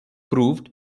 proved